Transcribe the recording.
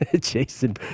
Jason